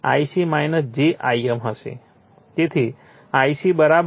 તેથી Ic 0